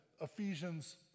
Ephesians